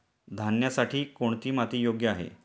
धान्यासाठी कोणती माती योग्य आहे?